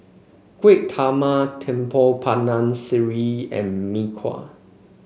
Kueh Talam Tepong Pandan sireh and Mee Kuah